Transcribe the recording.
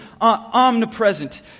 omnipresent